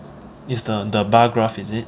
is the the bar graph is it